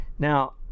Now